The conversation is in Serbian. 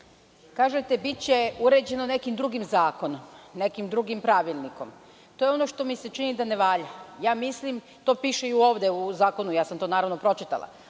Kažete biće uređeno nekim drugim zakonom, nekim drugim pravilnikom. To je ono što mi se čini da ne valja. Mislim, a to piše i ovde u zakonu, i to sam naravno pročitala.